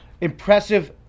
impressive